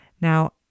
now